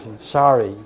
Sorry